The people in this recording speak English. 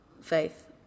faith